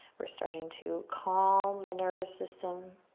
we're starting to calm the nervous system.